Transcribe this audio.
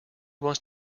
wants